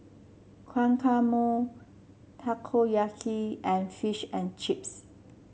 Guacamole Takoyaki and Fish and Chips